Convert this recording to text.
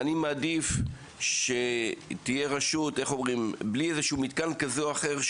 אני מעדיף שתהיה רשות בלי איזה שהוא מתקן כזה או אחר,